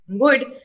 good